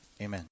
amen